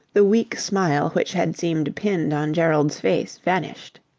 the weak smile which had seemed pinned on gerald's face vanished.